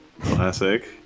Classic